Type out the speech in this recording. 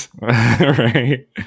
right